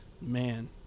Man